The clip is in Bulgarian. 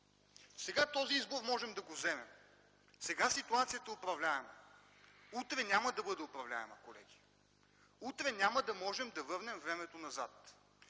Сега можем да вземем този избор. Сега ситуацията е управляема, утре няма да бъде управляема, колеги, утре няма да можем да върнем времето назад.